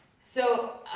so